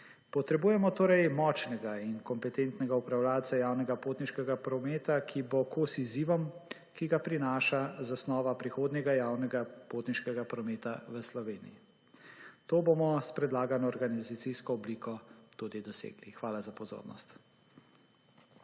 Potrebujemo torej močnega in kompetentnega upravljavca javnega potniškega prometa, ki bo kos izzivom, ki ga prinaša zasnova prihodnjega javnega potniškega prometa v Sloveniji. To bomo s predlagano organizacijo obliko tudi dosegli. Hvala za pozornost.